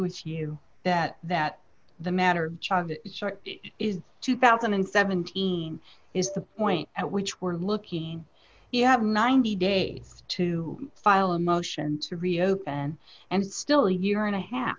with you that that the matter short is two thousand and seventeen is the point at which were looking he had ninety days to file a motion to reopen and still a year and a half